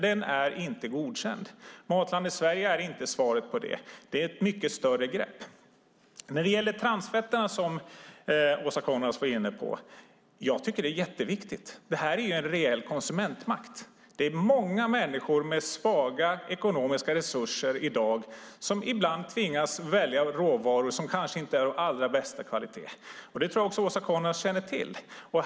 Den är inte godkänd. Matlandet Sverige är inte svaret. Det är fråga om ett mycket större grepp. Åsa Coenraads tog upp frågan om transfetterna. Den frågan är viktig. Det här är fråga om reell konsumentmakt. Många människor med svaga ekonomiska resurser i dag tvingas ibland välja råvaror som kanske inte är av allra bästa kvalitet. Det tror jag också att Åsa Coenraads känner till.